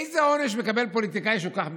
איזה עונש מקבל פוליטיקאי שכך מרמה?